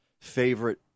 favorite